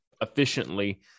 efficiently